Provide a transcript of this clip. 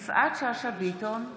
אינה משתתפת בהצבעה יפעת שאשא ביטון,